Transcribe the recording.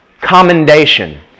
commendation